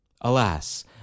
Alas